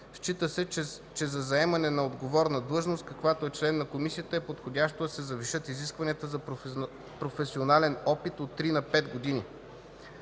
Счита се, че за заемане на отговорна длъжност, каквато е член на Комисията, е подходящо да се завишат изискванията за професионален опит от три на пет години.